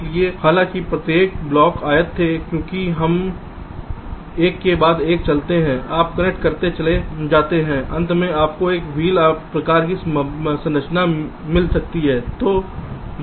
इसलिए हालांकि प्रत्येक ब्लॉक आयत थे क्योंकि हम एक के बाद एक चलते हैं आप कनेक्ट करते चले जाते हैं अंत में आपको एक व्हील प्रकार की संरचना मिल सकती है